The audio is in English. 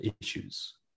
issues